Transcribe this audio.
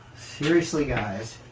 seriously guys,